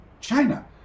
China